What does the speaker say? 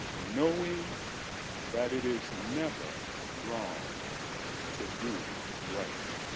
knowing that it is never wrong to do right.